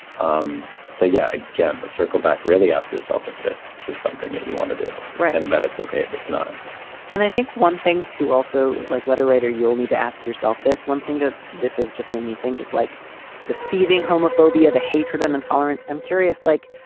um so, yeah, again, to circle back, really ask yourself if this is something that you want to do right. and that it's ok if it's not and i think one thing to also, like letter writer, you'll need to ask yourself this. one thing that this has just made me think is like the seething homophobia, the hatred and intolerance. i'm curious, like,